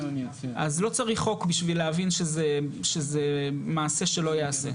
אז לא צריך חוק בשביל להבין שזה מעשה שלא ייעשה.